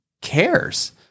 cares